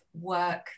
work